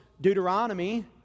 Deuteronomy